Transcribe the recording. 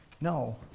No